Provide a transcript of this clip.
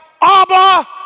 Abba